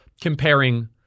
comparing